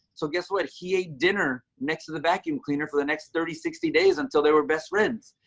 so guess what? he ate dinner next to the vacuum cleaner for the next thirty, sixty days until they were best friends.